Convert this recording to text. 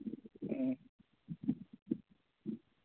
ꯎꯝ